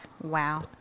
wow